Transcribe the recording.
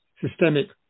systemic